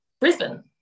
Brisbane